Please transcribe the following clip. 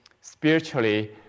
spiritually